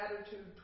attitude